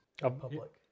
public